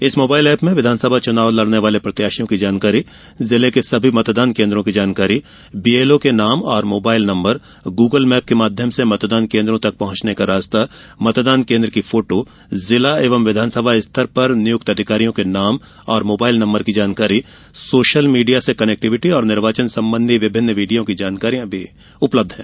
इस mobile app में विधानसभा चुनाव लड़ने वाले प्रत्याशियों की जानकारी जिले के सभी मतदान केन्द्रों की जानकारी बीएलओ के नाम और मोबाइल नम्बर गूगल मेप के माध्यम से मतदान केन्द्रों तक पहुंचने का रास्ता मतदान केन्द्र की फोटो जिला एवं विधानसभा स्तर पर नियुक्त अधिकारियों के नाम और मोबाइल नम्बर की जानकारी सोशल मीडिया से कनेक्टिविटी और निर्वाचन संबंधी विभिन्न वीडियो की जानकारियां भी उपलब्य है